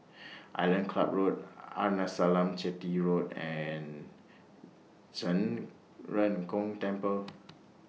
Island Club Road Arnasalam Chetty Road and Zhen Ren Gong Temple